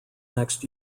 next